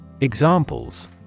Examples